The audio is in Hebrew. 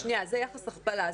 שנייה, זה יחס הכפלה.